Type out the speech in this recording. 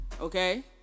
Okay